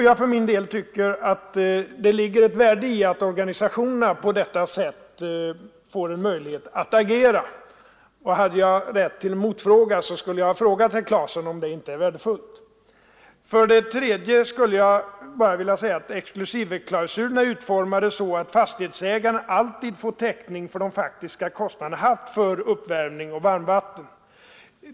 Jag för min del tycker att det ligger ett värde i att organisationerna på detta sätt får en möjlighet att agera. Och hade jag rätt till en motfråga, så skulle jag ha frågat herr Claeson om det inte är värdefullt. Dessutom skulle jag bara vilja säga att exklusiveklausulerna är utformade så, att fastighetsägarna alltid får täckning för de faktiska kostnader de haft för uppvärmning och varmvatten.